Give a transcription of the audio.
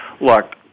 look